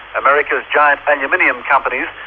america's giant aluminium companies,